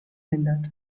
hindert